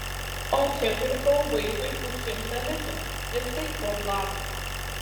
o čia pirkau vaikui už šimtą litų ir tai po blatu